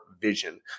Vision